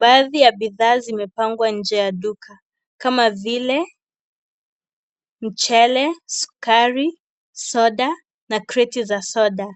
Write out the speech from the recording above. Baadhi ya bidhaa zimepangwa nje ya duka kama vile mchele, sukari, soda na creti za soda